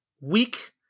weak